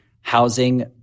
housing